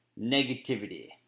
negativity